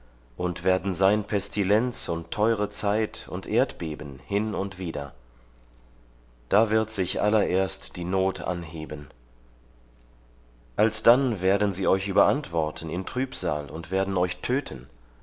und werden sein pestilenz und teure zeit und erdbeben hin und wieder da wird sich allererst die not anheben alsdann werden sie euch überantworten in trübsal und werden euch töten